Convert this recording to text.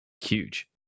huge